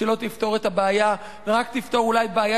שלא תפתור את הבעיה ורק תפתור אולי בעיה